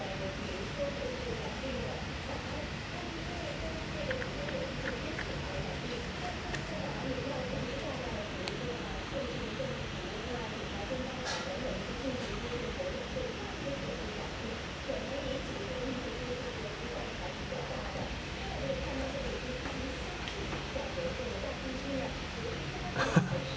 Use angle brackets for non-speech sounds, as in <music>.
<laughs>